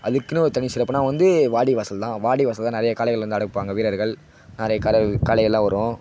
அதுக்குன்னு ஒரு தனி சிறப்புனா வந்து வாடிவாசல் தான் வாடிவாசல் தான் நிறைய காளைகள் வந்து அடைப்பாங்க வீரர்கள் நிறைய காளைகள் காளைகள்லாம் வரும்